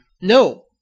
No